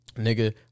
Nigga